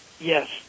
yes